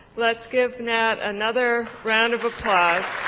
let's give nat another round of applause.